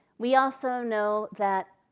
we also know that